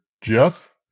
Jeff